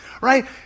right